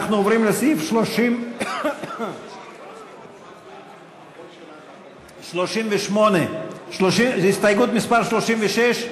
אנחנו עוברים לסעיף 38. הסתייגות מס' 36?